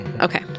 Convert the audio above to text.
Okay